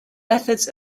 methods